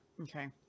okay